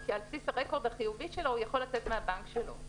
כי על בסיס הרקורד החיובי שלו הוא יכול לצאת מהבנק שלו,